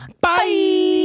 Bye